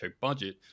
budget